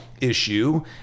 issue